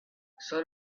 son